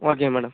okay madam